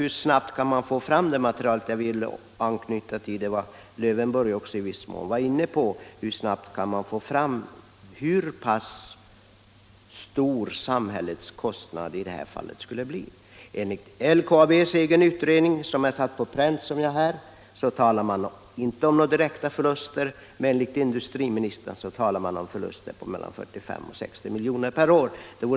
Jag vill anknyta till det som herr Lövenborg i viss mån var inne på: Hur snabbt kan man få fram uppgifter om hur pass stora samhällets kostnader skulle bli i det här fallet? Enligt LKAB:s egen utredning, som är satt på pränt, talar man inte om några direkta förluster, men industriministern talar om förluster på mel lan 45 och 60 milj.kr. per år.